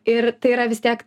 ir tai yra vis tiek